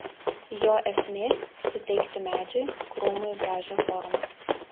jo esmė suteikti medžiui krūmui gražią formą